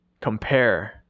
Compare